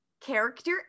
Character